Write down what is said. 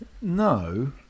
No